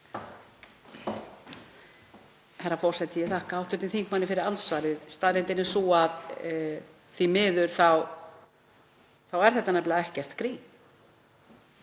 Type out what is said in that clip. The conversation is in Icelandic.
Herra forseti. Ég þakka hv. þingmanni fyrir andsvarið. Staðreyndin er sú að því miður er þetta nefnilega ekkert grín.